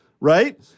right